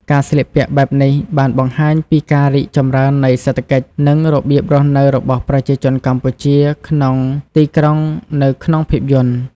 ការស្លៀកពាក់បែបនេះបានបង្ហាញពីការរីកចម្រើននៃសេដ្ឋកិច្ច និងរបៀបរស់នៅរបស់ប្រជាជនកម្ពុជាក្នុងទីក្រុងនៅក្នុងភាពយន្ត។